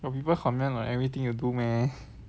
got people comment on everything you do meh